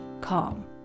calm